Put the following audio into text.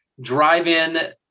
drive-in